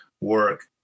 work